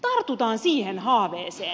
tartutaan siihen haaveeseen